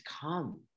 come